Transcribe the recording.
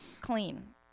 clean